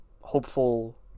hopeful